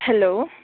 hello